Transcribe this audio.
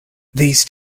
these